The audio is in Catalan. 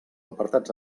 apartats